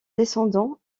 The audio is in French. descendants